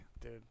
Dude